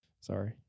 Sorry